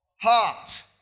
heart